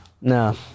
No